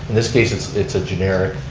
in this case it's it's a generic,